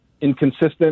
inconsistent